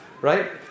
Right